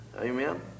Amen